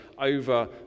over